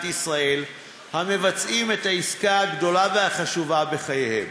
ישראל המבצעים את העסקה הכי גדולה וחשובה בחייהם.